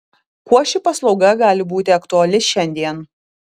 kuo ši paslauga gali būti aktuali šiandien